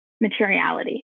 materiality